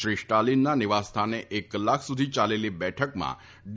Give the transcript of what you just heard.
શ્રી સ્ટાલીનના નિવાસસ્થાને એક કલાક સુધી ચાલેલી બેઠકમાં ડી